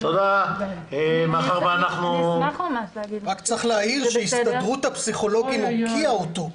צריך להעיר שהסתדרות הפסיכולוגים הוקיעה אותו.